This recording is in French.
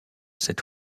cet